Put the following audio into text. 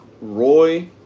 Roy